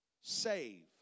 save